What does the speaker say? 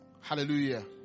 Hallelujah